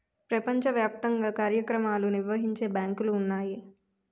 ప్రపంచ వ్యాప్తంగా కార్యక్రమాలు నిర్వహించే బ్యాంకులు ఉన్నాయి